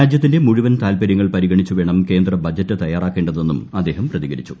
രാജ്യത്തിന്റെ മുഴുവൻ താത്പരൃങ്ങൾ പരിഗണിച്ചു വേണം കേന്ദ്ര ബജറ്റ് തയ്യാറാക്കേണ്ടതെന്നും അദ്ദേഹം പ്രതികരിച്ചു